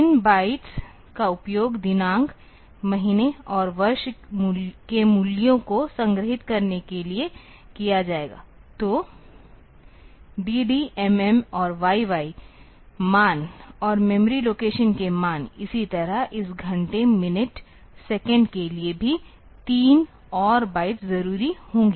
तीन बाइट्स का उपयोग दिनांक महीने और वर्ष के मूल्यों को संग्रहीत करने के लिए किया जाएगा तो dd mm और yy मान और मेमोरी लोकेशन के मान इसी तरह इस घंटे मिनट सेकंड के लिए भी तीन और बाइट्स ज़रूरी होगा